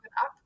up